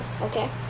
Okay